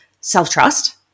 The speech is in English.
self-trust